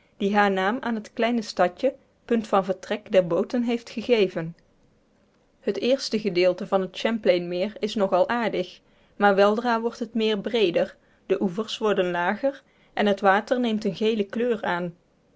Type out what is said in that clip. die haren naam aan het kleine stadje punt van vertrek der booten heeft gegeven het eerste gedeelte van het champlainmeer is nog al aardig maar weldra wordt het meer breeder de oevers worden lager en het water neemt eene gele kleur aan